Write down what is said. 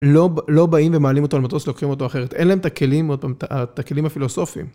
לא באים ומעלים אותו על מטוס, לוקחים אותו אחרת. אין להם את הכלים עוד פעם את הכלים הפילוסופיים.